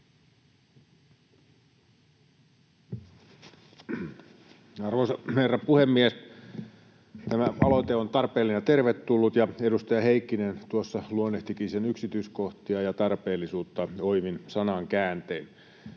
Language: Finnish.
Arvoisa herra puhemies! Tämä aloite on tarpeellinen ja tervetullut, ja edustaja Heikkinen tuossa luonnehtikin sen yksityiskohtia ja tarpeellisuutta oivin sanakääntein.